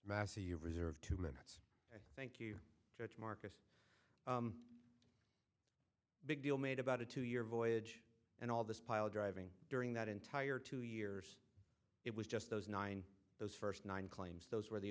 massey you've reserved two minutes and thank you judge marcus big deal made about a two year voyage and all this pile driving during that entire two years it was just those nine those first nine claims those were the